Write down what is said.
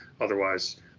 Otherwise